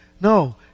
No